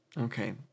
Okay